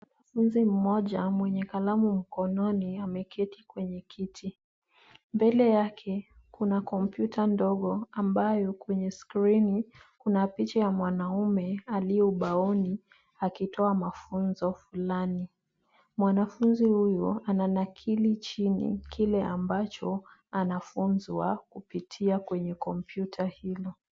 Mwanafunzi moja mwenye kalamu mkononi ameketi kwenye kiti. Mbele yake kuna kompyuta ndogo ambayo kwenye skrini kuna picha ya mwanaume aliye ubaoni akitoa mafunzo fulani. Mwanafunzi huyu ana nakili chini kile ambacho anafunzwa kupitia kompyuta hilo.